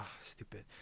stupid